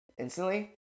Instantly